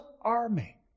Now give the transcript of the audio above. army